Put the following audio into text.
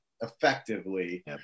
effectively